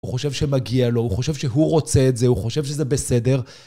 הוא חושב שמגיע לו, הוא חושב שהוא רוצה את זה, הוא חושב שזה בסדר.